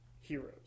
heroes